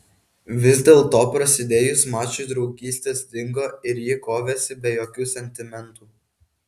vis dėlto prasidėjus mačui draugystės dingo ir ji kovėsi be jokių sentimentų